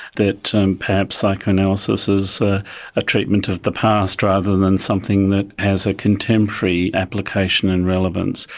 that and perhaps psychoanalysis is a treatment of the past rather than something that has a contemporary application and relevance,